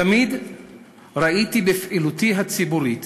תמיד ראיתי בפעילותי הציבורית